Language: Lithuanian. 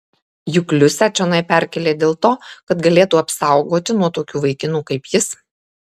juk liusę čionai perkėlė dėl to kad galėtų apsaugoti nuo tokių vaikinų kaip jis